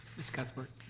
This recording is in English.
ms. cuthbert?